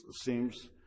seems